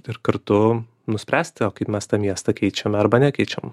ir kartu nuspręsti o kaip mes tą miestą keičiame arba nekeičiam